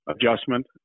adjustment